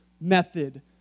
method